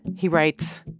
he writes,